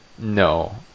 No